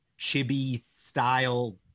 chibi-style